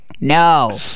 no